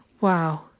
wow